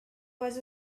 was